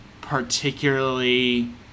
particularly